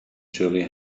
surely